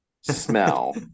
smell